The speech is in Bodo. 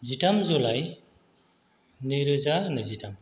जिथाम जुलाइ नैरोजा नैजिथाम